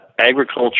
agriculture